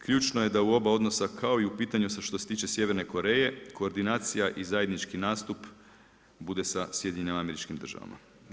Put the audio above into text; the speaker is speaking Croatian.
Ključno je da u oba odnosa kao i u pitanju što se tiče Sjeverne Koreje, koordinacija i zajednički nastup bude sa SAD-om.